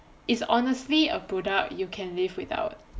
is honestly a product you can live without